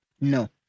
No